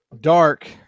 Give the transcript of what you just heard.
dark